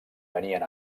venien